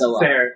fair